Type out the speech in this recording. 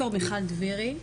דבירי,